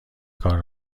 کار